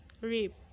rape